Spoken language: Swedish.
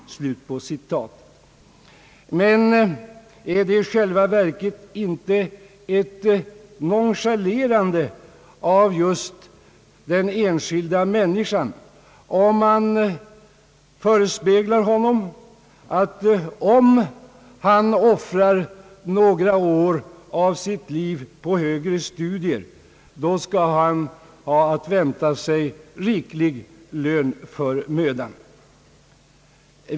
Men är det i själva verket inte ett nonchalerande av just den enskilda människan, om man förespeglar honom att han — om han offrar några år av sitt liv på högre studier — har att vänta sig en riklig lön för sin möda?